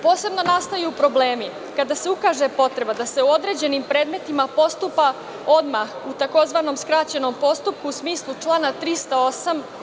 Posebno nastaju problemi kada se ukaže potreba da se u određenim predmetima postupa odmah, takozvanom skraćenom postupku u smislu člana 308.